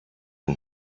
and